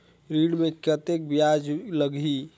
ऋण मे कतेक ब्याज लगही?